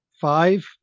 five